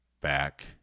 back